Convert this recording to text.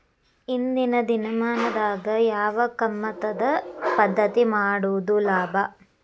ಇಂದಿನ ದಿನಮಾನದಾಗ ಯಾವ ಕಮತದ ಪದ್ಧತಿ ಮಾಡುದ ಲಾಭ?